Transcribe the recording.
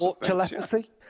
telepathy